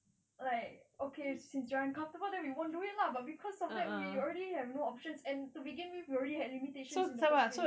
like okay since you're uncomfortable then we won't do it lah cause of that we already have no options and to begin with we already had limitations in the first place